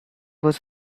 was